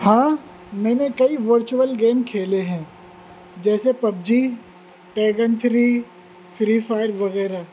ہاں میں نے کئی ورچوئل گیم کھیلے ہیں جیسے PUBG Tekken three free fire وغیرہ